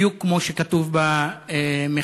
בדיוק כמו שכתוב במכתב.